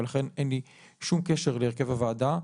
ולכן אין לי שום קשר להרכב הוועדה.